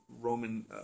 Roman